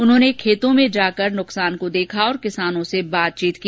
उन्होंने खेतों में जाकर नुकसान को देखा और किसानों से बातचीत की